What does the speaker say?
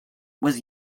was